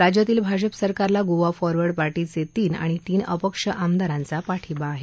राज्यातील भाजप सरकारला गोवा फॉर्वर्ड पार्टीचे तीन आणि तीन अपक्ष आमदारांचा पाठींबा आहे